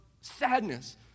sadness